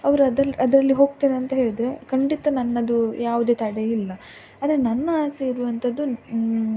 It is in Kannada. ಅವ್ರು ಅದರಲ್ಲಿ ಅದರಲ್ಲಿ ಹೋಗ್ತೆನೆ ಅಂತ ಹೇಳಿದರೆ ಖಂಡಿತ ನನ್ನದು ಯಾವುದೇ ತಡೆಯಿಲ್ಲ ಆದರೆ ನನ್ನ ಆಸೆ ಇರುವಂಥದ್ದು